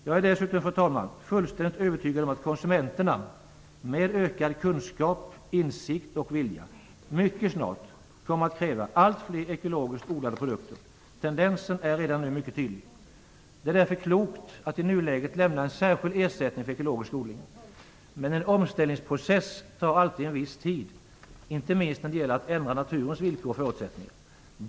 Jag är dessutom fullständigt övertygad om att konsumenterna med ökad kunskap, insikt och vilja mycket snart kommer att kräva allt fler ekologiskt odlade produkter. Tendensen är mycket tydlig redan nu. Därför är det klokt att i nuläget lämna en särskild ersättning för ekologisk odling. Men en omställningsprocess tar alltid en viss tid, inte minst när det gäller att ändra naturens villkor och förutsättningar.